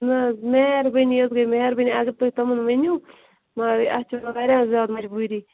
نہَ حظ مہربٲنی حظ گٔے مہربٲنے اگر تُہۍ تِمن ؤنِو مگر اَسہِ چھِ واریاہ زیادٕ مجبوٗری